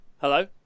Hello